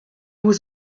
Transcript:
was